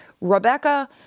Rebecca